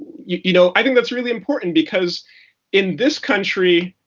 you know, i think that's really important. because in this country,